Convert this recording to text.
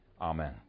Amen